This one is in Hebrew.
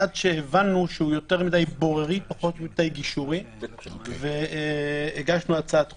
עד שהבנו שהוא יותר מדי בוררי ופחות מדי גישורי והגשנו הצעת חוק,